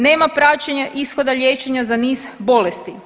Nema praćenja ishoda liječenja za niz bolesti.